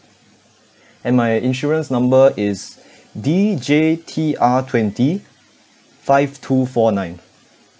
and my insurance number is D J T R twenty five two four nine